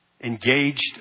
engaged